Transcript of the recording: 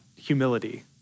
humility